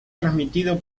transmitido